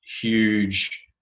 huge